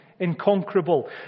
inconquerable